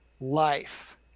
life